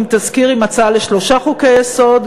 תזכיר עם הצעה לשלושה חוקי-יסוד,